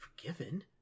forgiven